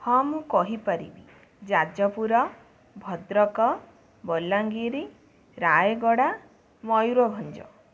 ହଁ ମୁଁ କହିପାରିବି ଯାଜପୁର ଭଦ୍ରକ ବଲାଙ୍ଗୀର ରାୟଗଡ଼ା ମୟୂରଭଞ୍ଜ